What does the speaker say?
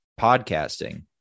podcasting